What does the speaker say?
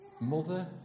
Mother